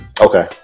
Okay